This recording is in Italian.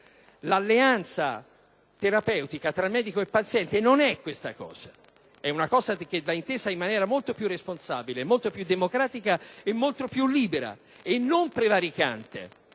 L'alleanza terapeutica tra medico e paziente non è questo. E' qualcosa che va intesa in modo molto più responsabile, più democratico, più libero e non prevaricante.